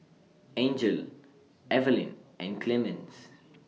Angel Evaline and Clemens